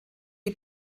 die